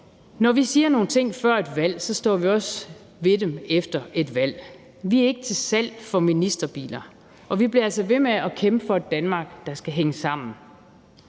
når vi siger nogle ting før et valg, står vi også ved dem efter et valg. Vi er ikke til salg for ministerbiler, og vi bliver altså ved med at kæmpe for et Danmark, der skal hænge sammen.